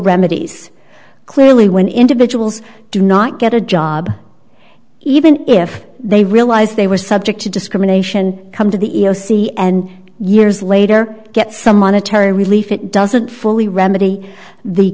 remedies clearly when individuals do not get a job even if they realize they were subject to discrimination come to the e e o c and years later get some monetary relief it doesn't fully remedy the